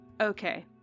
Okay